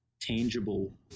tangible